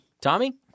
Tommy